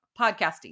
podcasting